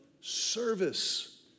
service